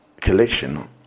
collection